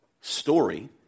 story